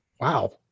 wow